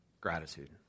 Gratitude